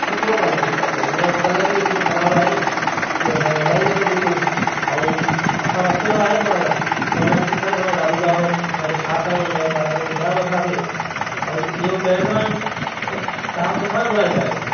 सुठो कान्हे को कपिड़ो उन जो कलर बि एतिरो ख़राब आहे की असांखे वणे ई नथो बिल्कुलु ऐं असां रखियो त आहे पाण वटि पर हुन जा चिथड़ा सॼा उॾामी ता वञनि उन खे छा कयूं उन जे बारे में ॿुधायो असांखे ऐं इहो पैरदान त तव्हां किथां घुराईंदा आहियो